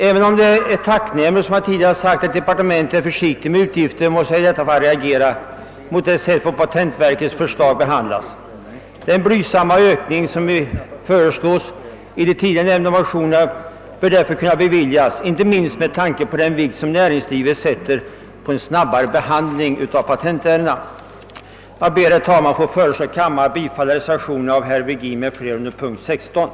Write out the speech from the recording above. Även om det är tacknämligt att man i departementet är försiktig med utgifterna reagerar jag i detta fall emot det sätt på vilket patentverkets förslag har behandlats. Den blygsamma anslagsökning som föreslås i nämnda motioner bör kunna beviljas, inte minst med tanke på den vikt näringslivet tillmäter en snabbare behandling av patentärenden. Herr talman! Med det anförda ber jag att få föreslå kammaren att bifalla den vid punkten 16 fogade reservationen 6 av herr Virgin m.fl.